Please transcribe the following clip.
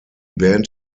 band